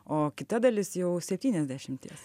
o kita dalis jau septyniasdešimties